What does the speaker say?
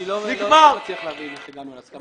אני לא מצליח להבין איך הגענו להסכמה.